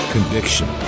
Conviction